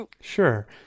Sure